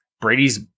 Brady's